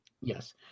Yes